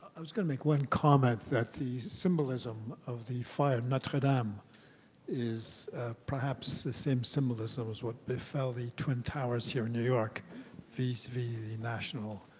i was gonna make one comment that the symbolism of the fire notre-dame is perhaps the same symbolism as what befell the twin towers here in new york vis-a-vis the national